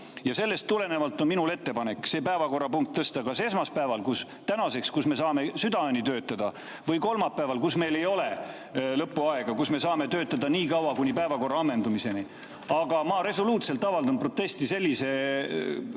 Sellest tulenevalt on mul ettepanek see päevakorrapunkt tõsta kas esmaspäevale, tänaseks, kui me saame südaööni töötada, või kolmapäevale, kui meil ei ole lõpuaega ja me saame töötada päevakorra ammendumiseni. Aga ma resoluutselt avaldan protesti sellise